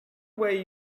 way